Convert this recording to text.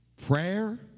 Prayer